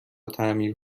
تعمیر